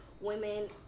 women